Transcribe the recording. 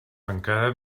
encara